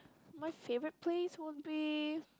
my favourite place would be